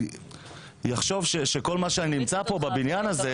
ואחשוב שכל מה שנמצא פה בבניין הזה,